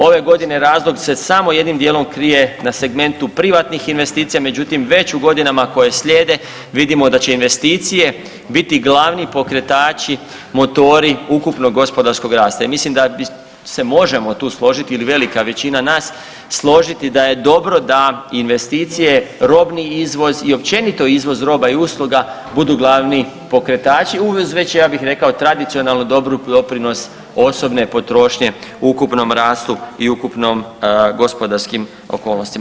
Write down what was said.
Ove godine razlog se samo jednim dijelom krije na segmentu privatnih investicija, međutim već u godinama koje slijede vidimo da će investicije biti glavni pokretači motori ukupnog gospodarskog rasta i mislim da se možemo tu složiti ili velika većina nas složiti da je dobro da investicije, robni izvoz i općenito izvoz roba i usluga budu glavni pokretači uz već ja bih rekao tradicionalan dobri doprinos osobne potrošnje u ukupnom rastu i ukupnom gospodarskim okolnostima.